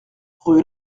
rue